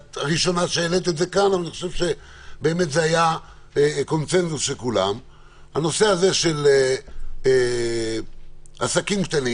את הראשונה שהעלתה את זה כאן וזה היה בקונצנזוס עסקים קטנים